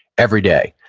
every day.